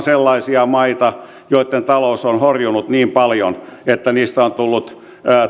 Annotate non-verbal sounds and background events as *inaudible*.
*unintelligible* sellaisia maita joitten talous on horjunut niin paljon että niistä on tullut